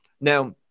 Now